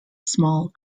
small